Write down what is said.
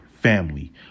family